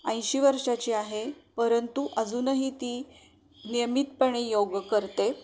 ऐंशी वर्षांची आहे परंतु अजूनही ती नियमितपणे योग करते